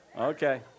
Okay